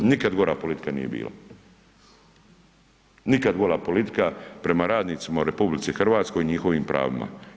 Nikad gora politika nije bila, nikad gora politika prema radnicima u RH i njihovim pravima.